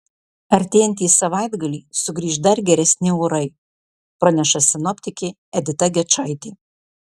artėjantį savaitgalį sugrįš dar geresni orai praneša sinoptikė edita gečaitė